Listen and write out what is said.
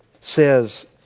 says